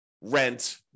rent